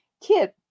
kid